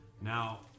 Now